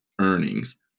earnings